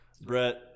Brett